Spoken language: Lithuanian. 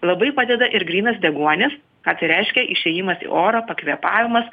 labai padeda ir grynas deguonis ką tai reiškia išėjimas į orą pakvėpavimas